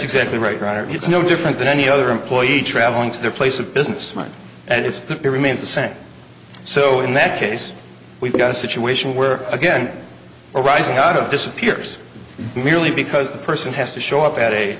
exactly right roger it's no different than any other employee travelling to their place of business and it's remains the same so in that case we've got a situation where again arising out of disappears merely because the person has to show up